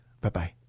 Bye-bye